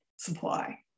supply